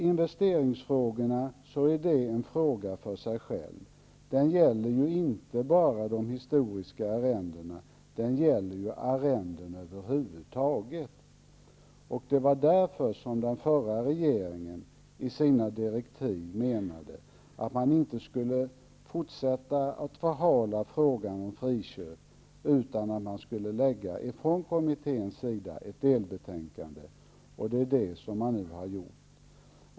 Investeringsfrågorna gäller emellertid inte enbart historiska arrenden utan arrenden över huvud taget. Det var anledningen till att den förra regeringen i sina direktiv menade att man inte skulle fortsätta att förhala frågan om friköp. Kommittén skulle i stället avge ett delbetänkande, vilket nu har skett.